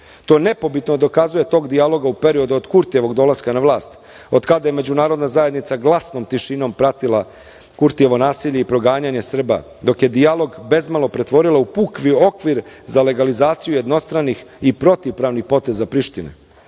To nepobitno dokazuje tok dijaloga u periodu od Kurtijevog dolaska na vlast, otkada je međunarodna zajednica glasnom tišinom pratila Kurtijevo nasilje i proganjanje Srba, dok je dijalog bezmalo pretvorila u puki okvir za legalizaciju jednostranih i protivpravnih poteza Prištine. Činjenica